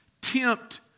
tempt